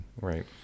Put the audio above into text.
Right